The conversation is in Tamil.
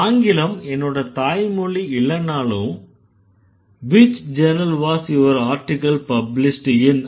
ஆங்கிலம் என்னோட தாய்மொழி இல்லன்னாலும் which journal was your article published in